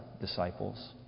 disciples